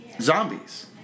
Zombies